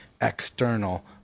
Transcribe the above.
external